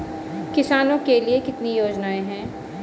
किसानों के लिए कितनी योजनाएं हैं?